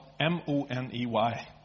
M-O-N-E-Y